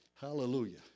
Hallelujah